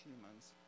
humans